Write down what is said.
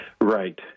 Right